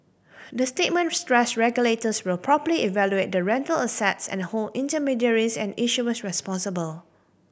the statement stressed regulators will properly evaluate the rental assets and hold intermediaries and issuers responsible